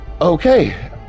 Okay